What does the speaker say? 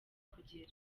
kugera